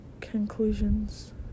conclusions